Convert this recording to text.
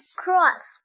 cross